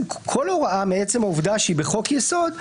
כל הוראה מעצם העובדה שהיא בחוק יסוד,